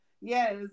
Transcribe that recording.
Yes